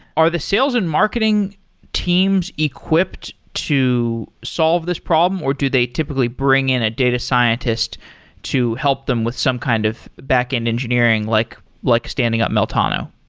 are the sales and marketing teams equipped to solve this problem, or do they typically bring in a data scientist to help them with some kind of back-end engineering, like like standing up meltano?